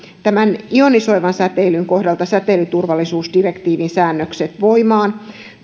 tämän ionisoivan säteilyn kohdalta säteilyturvallisuusdirektiivin säännökset voimaan